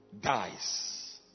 dies